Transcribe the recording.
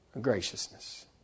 graciousness